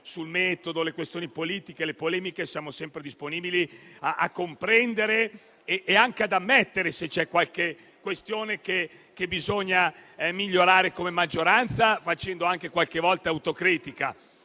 sul metodo, sulle questioni politiche, sulle polemiche, come maggioranza siamo sempre disponibili a comprendere e anche ad ammettere se c'è qualche questione che bisogna migliorare, facendo anche, qualche volta, autocritica.